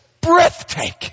breathtaking